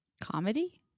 Comedy